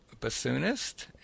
bassoonist